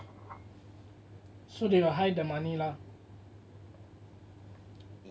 so they will hide the money lah